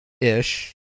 Ish